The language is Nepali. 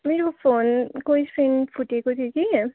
मेरो फोनको स्क्रिन फुटेको थियो कि